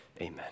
amen